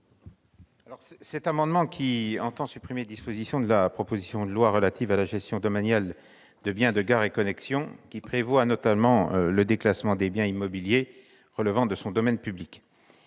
? Cet amendement vise à supprimer les dispositions de la proposition de loi relatives à la gestion domaniale de biens de Gares & Connexions qui prévoient notamment le déclassement des biens immobiliers relevant de son domaine public.